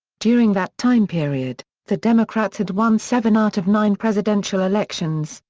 during that time period, the democrats had won seven out of nine presidential elections,